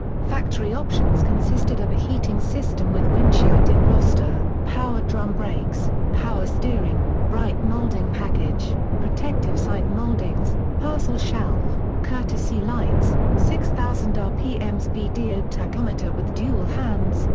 factory options consisted of a heating system with windshield defroster, power drum brakes, power steering, bright molding package, protective side moldings, parcel shelf, courtesy lights, six thousand rpm vdo tachometer with dual hands,